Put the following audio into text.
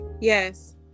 Yes